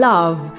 Love